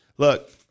Look